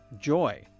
joy